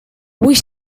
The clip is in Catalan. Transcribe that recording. vull